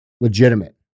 Legitimate